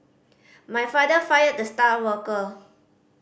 my father fired the star worker